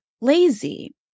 lazy